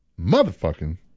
Motherfucking